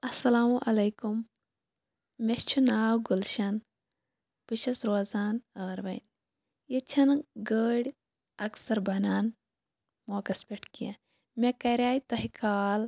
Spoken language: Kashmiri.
اَلسَلامُ علیکُم مےٚ چھُ ناو گُلشَن بہٕ چھَس روزان آرؤنۍ ییٚتہِ چھَنہٕ گٲڑۍ اَکثَر بنان موقعَس پٮ۪ٹھ کیٚنٛہہ مےٚ کریٛاے تۄہہِ کال